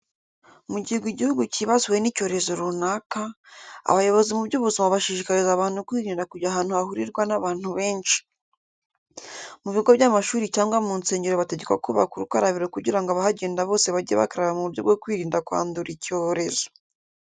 Mu gihe igihugu cyibasiwe n'icyorezo runaka, abayobozi mu by'ubuzima bashishikariza abantu kwirinda kujya ahantu hahurirwa n'abantu benshi. Mu bigo by'amashuri cyangwa mu nsengero bategekwa kubaka urukarabiro kugira ngo abahagenda bose bajye bakaraba mu buryo bwo kwirinda kwandura icyorezo.